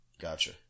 Gotcha